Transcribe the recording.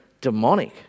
demonic